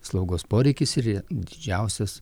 slaugos poreikis yra didžiausias